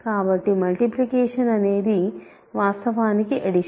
కాబట్టి మల్టిప్లికేషన్ అనేది వాస్తవానికి అడిషన్